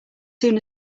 soon